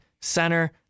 center